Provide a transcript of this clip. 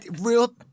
Real